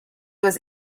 was